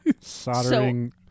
Soldering